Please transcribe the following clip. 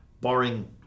barring